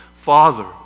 Father